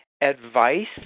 advice